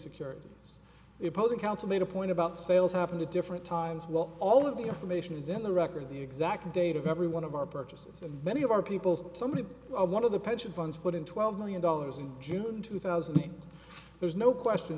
posing counsel made a point about sales happened at different times well all of the information is in the record the exact date of every one of our purchases and many of our people somebody one of the pension funds put in twelve million dollars in june two thousand and there's no question